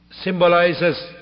symbolizes